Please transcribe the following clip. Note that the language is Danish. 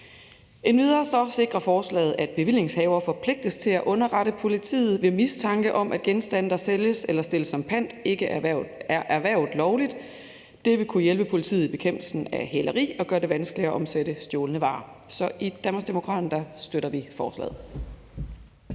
Endvidere sikrer forslaget, at bevillingshaver forpligtes til at underrette politiet ved mistanke om, at genstande, der sælges eller stilles som pant, ikke er erhvervet lovligt. Det vil kunne hjælpe politiet i bekæmpelsen af hæleri og gøre det vanskeligere omsætte stjålne varer, så i Danmarksdemokraterne støtter vi forslaget.